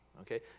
Okay